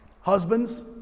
Husbands